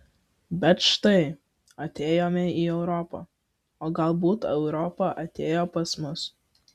bet štai atėjome į europą o galbūt europa atėjo pas mus